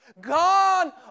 Gone